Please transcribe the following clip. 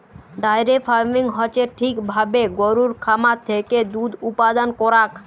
diary farming হচ্যে ঠিক ভাবে গরুর খামার থেক্যে দুধ উপাদান করাক